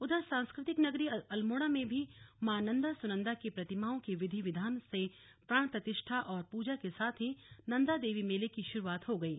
उधर सांस्कृतिक नगरी अल्मोड़ा में भी मां नन्दा सुनन्दा की प्रतिमाओं की विधि विधान से प्राण प्रतिष्ठा और पूजा के साथ ही नन्दा देवी मेले की श्रूआत हो गयी